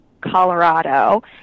Colorado